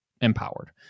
empowered